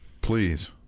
please